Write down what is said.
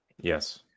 Yes